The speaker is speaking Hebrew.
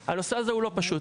הנושא הזה הוא לא פשוט.